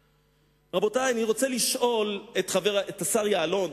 רבותי, אני רוצה לשאול את השר יעלון.